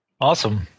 Awesome